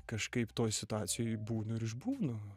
kažkaip toj situacijoj būnu ir išbūnu